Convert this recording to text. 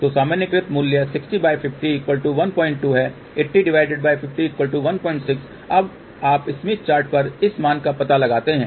तो सामान्यीकृत मूल्य 605012 है 805016 अब आप स्मिथ चार्ट पर इस मान का पता लगाते हैं